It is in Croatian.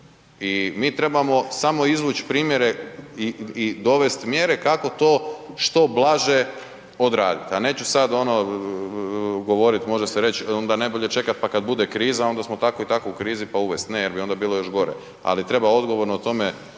i mi trebamo samo izvuć primjere i, i dovest mjere kako to što blaže odradit, a neću sad ono govorit, može se reć onda najbolje čekat, pa kad bude kriza onda smo tako i tako u krizi, pa uvest, ne jer bi onda bilo još gore, ali treba odgovorno o tome